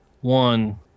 one